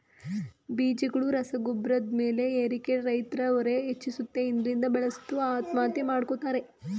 ಬೀಜಗಳು ರಸಗೊಬ್ರದ್ ಬೆಲೆ ಏರಿಕೆ ರೈತ್ರ ಹೊರೆ ಹೆಚ್ಚಿಸುತ್ತೆ ಇದ್ರಿಂದ ಬೇಸತ್ತು ಆತ್ಮಹತ್ಯೆ ಮಾಡ್ಕೋತಾರೆ